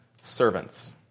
servants